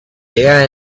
there